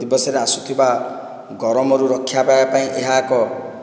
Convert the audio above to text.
ଦିବସରେ ଆସୁଥିବା ଗରମରୁ ରକ୍ଷା ପାଇବାପାଇଁ ଏହା ଏକ